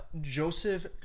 Joseph